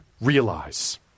realize